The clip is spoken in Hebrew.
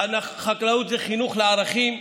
חקלאות זה חינוך לערכים,